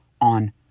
on